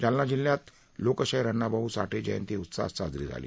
जालना जिल्ह्यात लोकशाहीर अण्णा भाऊ साठे जयंती उत्साहात साजरी करण्यात आली